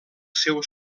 seu